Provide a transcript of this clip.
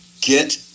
Get